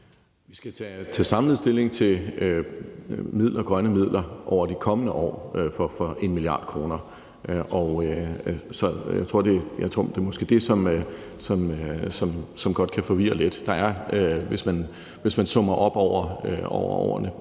Vi skal samlet tage stilling til grønne midler over de kommende år for 1 mia. kr. Det er måske det, som godt kan forvirre lidt. Hvis man summer op over årene